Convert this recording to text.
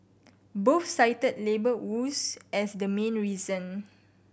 both cited labour woes as the main reason